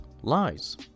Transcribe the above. lies